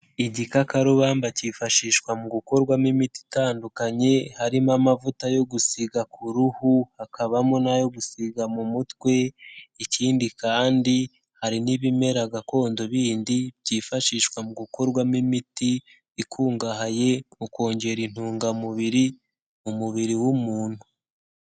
Igikakarubamba kifashishwa mu gukorwamo imiti itandukanye, harimo amavuta yo gusiga ku ruhu, hakabamo n'ayo gusiga mu mutwe, ikindi kandi hari n'ibimera gakondo bindi byifashishwa mu gukorwamo imiti ikungahaye mu kongera intungamubiri mu mubiri w'umuntu.